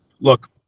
look